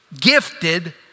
gifted